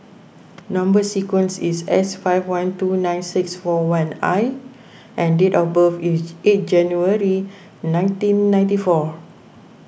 Number Sequence is S five one two nine six four one I and date of birth is eight January nineteen ninety four